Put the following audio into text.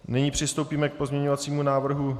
Nyní přistoupíme k pozměňovacímu návrhu 951.